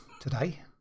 today